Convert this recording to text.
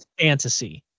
fantasy